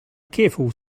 careful